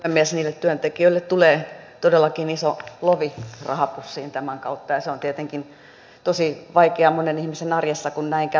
niille työntekijöille tulee todellakin iso lovi rahapussiin tämän kautta ja se on tietenkin tosi vaikeaa monen ihmisen arjessa kun näin käy